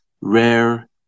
rare